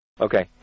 Okay